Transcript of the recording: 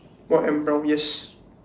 white and brown yes